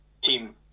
team